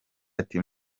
ati